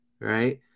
right